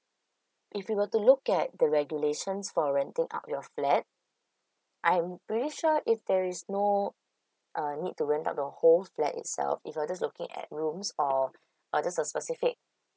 if you were to look at the regulations for renting out your flat I'm pretty sure if there is no uh need to rent out the whole flat itself if you're just looking at rooms or uh there's a specific